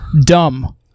Dumb